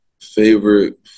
Favorite